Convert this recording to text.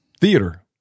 theater